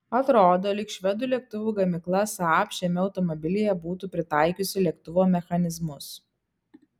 atrodo lyg švedų lėktuvų gamykla saab šiame automobilyje būtų pritaikiusi lėktuvo mechanizmus